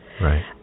right